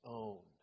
own